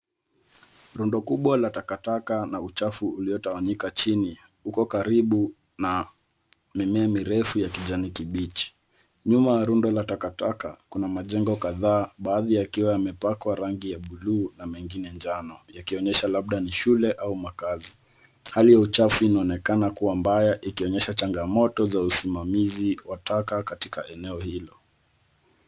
Rundo kubwa la takataka na uchafu uliotawanyika chini uko karibu na mirefu ya kijani kibichi. Nyuma ya rundo la takataka, kuna majengo kadhaa, baadhi yakiwa yamepakwa rangi ya buluu na mengine njano, yakionyesha labda ni shule au makazi. Hali ya uchafu inaonekana kuwa mbaya, ikionyesha changamoto za usimamizi wa taka katika eneo hilo.